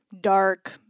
dark